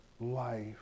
life